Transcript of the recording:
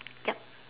yup